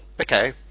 okay